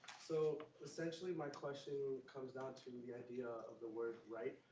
so essentially, my question comes down to the idea of the word right,